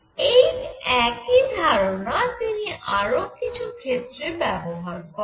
এই একই ধারণা তিনি আরও কিছু ক্ষেত্রে ব্যবহার করেন